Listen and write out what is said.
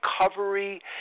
recovery